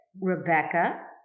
Rebecca